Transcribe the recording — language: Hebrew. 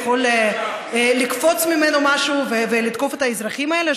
יכול לקפוץ ממנו משהו ולתקוף את האזרחים האלה,